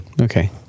Okay